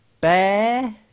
Bear